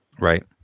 right